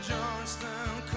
Johnstown